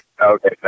Okay